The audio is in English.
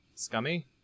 scummy